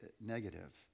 negative